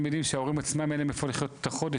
שההורים עצמם אין להם איך לסגור את החודש,